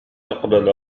تقبل